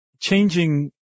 changing